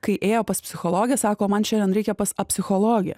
kai ėjo pas psichologę sako man šiandien reikia pas apsichologę